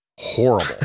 horrible